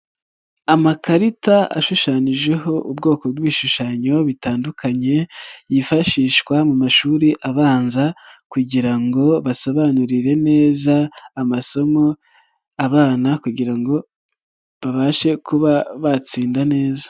Amakarita ashushananijeho ubwoko bw'ibishushanyo bitandukanye yifashishwa mu mashuri abanza kugira ngo basobanurire neza amasomo abana kugira ngo babashe kuba batsinda neza.